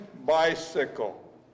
bicycle